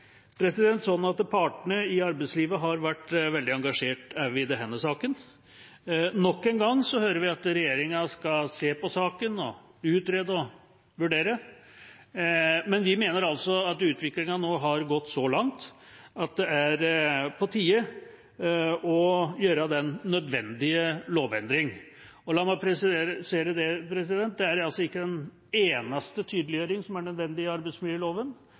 Partene i arbeidslivet har vært veldig engasjert også i denne saken. Nok en gang hører vi at regjeringa skal se på saken og utrede og vurdere. Men vi mener at utviklingen nå har gått så langt at det er på tide å gjøre den nødvendige lovendring. Og la meg presisere: Det er ikke den eneste tydeliggjøringen som er nødvendig i arbeidsmiljøloven.